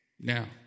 Now